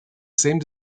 same